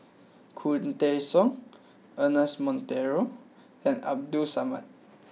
Khoo Teng Soon Ernest Monteiro and Abdul Samad